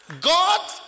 God